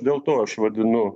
dėl to aš vadinu